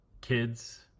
kids